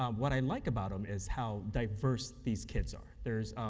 um what i like about them is how diverse these kids are. there's